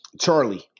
Charlie